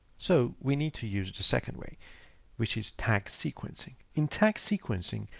so we need to use the second way which is tag sequencing. in tag sequencing,